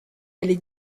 allait